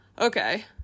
okay